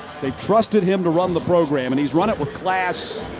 they trusted him to run the program. and he's run it with class